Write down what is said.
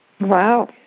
Wow